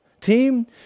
team